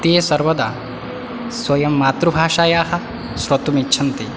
ते सर्वदा स्वयं मातृभाषायाः श्रोतुमिच्छन्ति